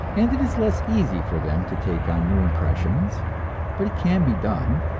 and it is less easy for them to take on new impressions but it can be done,